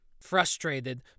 Frustrated